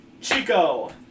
Chico